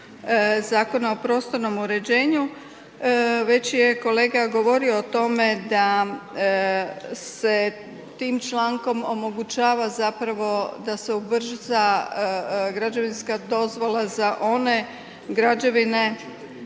Zakona o prostornom uređenju. Već je kolega govorio o tome da se tim člankom omogućava zapravo da se ubrza građevinska dozvola za one građevine